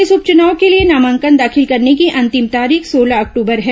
इस उपचुनाव के लिए नामांकन दाखिल करने की अंतिम तारीख सोलह अक्टूबर है